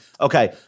Okay